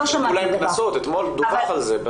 נתנו להם קנסות, אתמול דווח על זה.